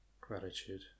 gratitude